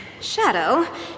Shadow